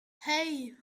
hey